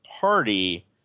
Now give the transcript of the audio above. party